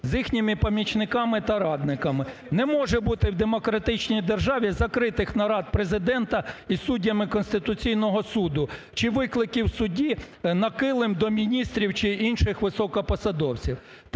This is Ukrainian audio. з їхніми помічниками та радниками. Не може бути в демократичній державі закритих нарад Президента із суддями Конституційного Суду чи викликів судді на килим до міністрів чи інших високопосадовців.